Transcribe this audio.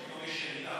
שפתאום יש ירידה.